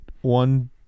one